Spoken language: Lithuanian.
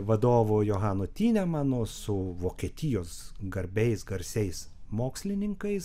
vadovu johanu tynemanu su vokietijos garbiais garsiais mokslininkais